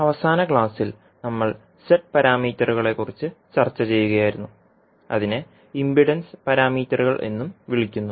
അവസാന ക്ലാസ്സിൽ നമ്മൾ z പാരാമീറ്ററുകളെക്കുറിച്ച് ചർച്ച ചെയ്യുകയായിരുന്നു അതിനെ ഇംപിഡൻസ് പാരാമീറ്ററുകൾ എന്നും വിളിക്കുന്നു